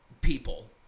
people